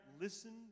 Listen